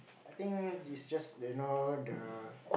I think is just you know the